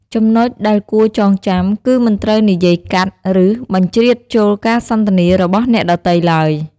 ចំណុចដែលគួរចងចាំ គឺមិនត្រូវនិយាយកាត់ ឬបជ្រៀតចូលការសន្ទនារបស់អ្នកដទៃឡើយ។